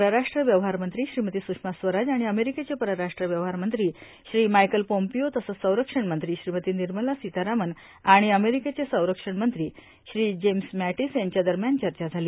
परराष्ट्र व्यवहार मंत्री श्रीमती सुषमा स्वराज आणि अमेरिकेचे परराष्ट्र व्यवहार मंत्री श्री माईकल पोम्पिओ तसंच संरक्षण मंत्री श्रीमती निर्मला सीतारामन् आणि अमेरिकेचे संरक्षण मंत्री श्री जेम्स मॅटीस यांच्या दरम्यान चर्चा झाली